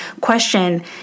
question